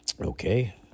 Okay